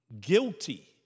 Guilty